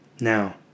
Now